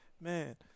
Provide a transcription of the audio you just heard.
Man